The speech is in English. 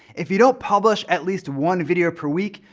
if you don't publish at least one video per week,